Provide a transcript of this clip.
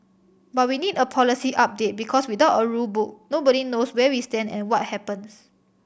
but we need a policy update because without a rule book nobody knows where we stand and what happens